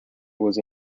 was